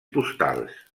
postals